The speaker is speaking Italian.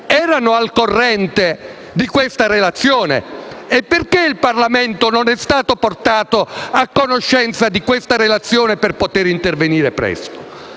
erano al corrente di questa relazione e perché il Parlamento non è stato portato a conoscenza di questa relazione per poter intervenire presto.